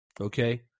Okay